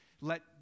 let